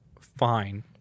fine